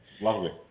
Lovely